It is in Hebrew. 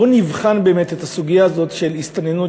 בוא נבחן באמת את הסוגיה הזאת של הסתננות